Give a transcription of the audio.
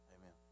Amen